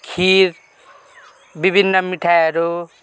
खिर विभिन्न मिठाईहरू